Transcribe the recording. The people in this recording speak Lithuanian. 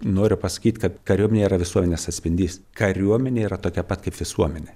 noriu pasakyt kad kariuomenė yra visuomenės atspindys kariuomenė yra tokia pat kaip visuomenė